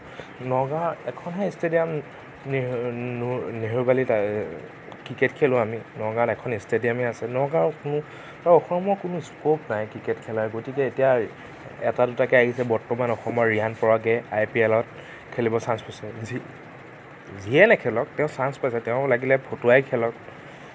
নগাঁৱৰ এখনহে ষ্টেডিয়াম নেহেৰুবালিত ক্ৰিকেট খেলোঁ আমি নগাঁৱত এখন ষ্টেডিয়ামেই আছে নগাওঁ অসমত কোনো স্কপ নাই ক্ৰিকেট খেলাৰ গতিকে এতিয়া এটা দুটাকে আহিছে অসমৰ বৰ্তমান ৰিয়ান পৰাগে আই পি এলত খেলিব চাঞ্চ পাইছে যি যিয়েই নেখেলক তেওঁ চাঞ্চ পাইছে তেওঁ লাগিলে ফটুৱাই খেলক